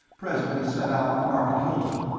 presently set out for market hilton,